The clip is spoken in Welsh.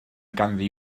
ganddi